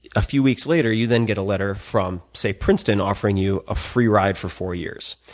a few weeks later, you then get a letter from say, princeton, offering you a free ride for four years.